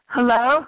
Hello